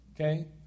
Okay